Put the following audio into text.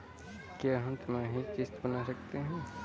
क्या हम तिमाही की किस्त बना सकते हैं?